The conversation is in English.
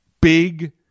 big